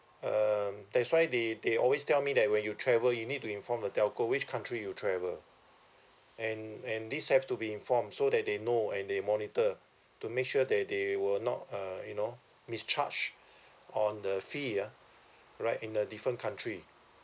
um that's why they they always tell me that when you travel you need to inform the telco which country you travel and and this have to be inform so that they know and they monitor to make sure that they were not uh you know miss charged on the fee ah right in the different country